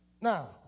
Now